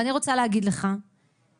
ואני רוצה להגיד לך שאם